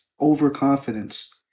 overconfidence